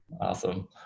Awesome